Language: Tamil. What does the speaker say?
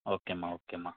ஓகேம்மா ஓகேம்மா